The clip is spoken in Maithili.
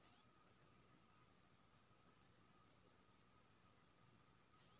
मकई के खेती मे पौधा जनमला के कतेक दिन बाद पटवन जरूरी अछि?